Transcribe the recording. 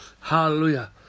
Hallelujah